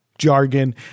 jargon